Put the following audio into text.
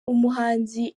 umuhanzi